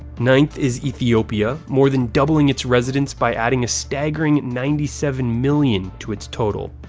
ninth is ethiopia, more than doubling its residents by adding a staggering ninety seven million to its total.